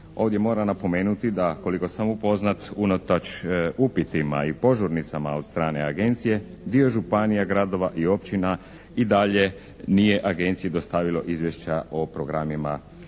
Ovdje moram napomenuti da koliko sam upoznat unatoč upitima i požurnicama od strane Agencije dio županija, gradova i općina i dalje nije Agenciji dostavilo izvješća o programima